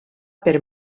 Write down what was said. per